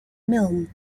milne